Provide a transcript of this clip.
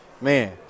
Man